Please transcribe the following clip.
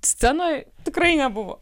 scenoj tikrai nebuvo